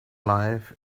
life